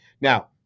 Now